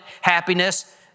happiness